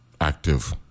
active